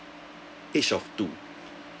age of two